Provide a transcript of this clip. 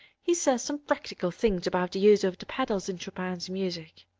he says some practical things about the use of the pedals in chopin's music.